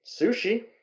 Sushi